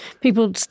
People